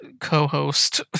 co-host